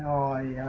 i